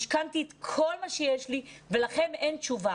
משכנתי את כל מה שיש לי ולכם אין תשובה,